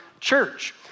church